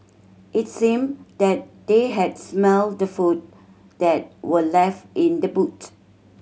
it seemed that they had smelt the food that were left in the boot